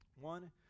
One